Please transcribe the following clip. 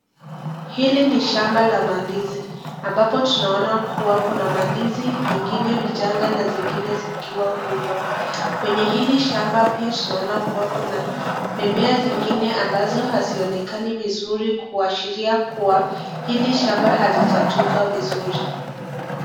Hili ni shamba la ndizi ambapo tunaona kuwa kuna ndizi zingine vichanga na zingine zikiwa kubwa. Kwenye hili shamba pia tunaona kuwa kuna mimea zingine ambazo hazionekani vizuri kuashiria kuwa hili shamba alijatunzwa vizuri.